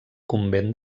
convent